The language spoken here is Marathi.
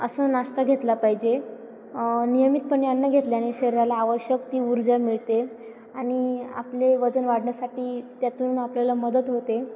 असं नाश्ता घेतला पाहिजे नियमितपणे अन्न घेतल्याने शरीराला आवश्यक ती ऊर्जा मिळते आणि आपले वजन वाढण्यासाठी त्यातून आपल्याला मदत होते